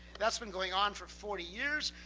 that's been going on for forty years.